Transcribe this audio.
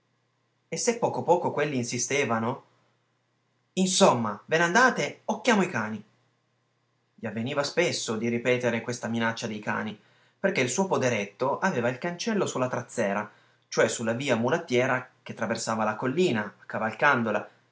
e se poco poco quelli insistevano insomma ve n'andate o chiamo i cani gli avveniva spesso di ripetere questa minaccia dei cani perché il suo poderetto aveva il cancello su la trazzera cioè su la via mulattiera che traversava la collina accavalcandola